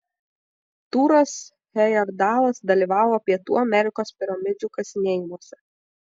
tūras hejerdalas dalyvavo pietų amerikos piramidžių kasinėjimuose